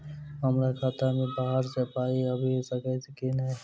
हमरा खाता मे बाहर सऽ पाई आबि सकइय की नहि?